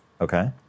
Okay